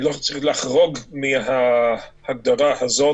לא צריך לחרוג מההגדרה הזאת.